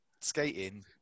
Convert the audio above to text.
skating